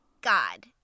God